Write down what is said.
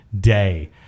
day